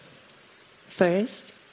First